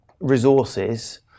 resources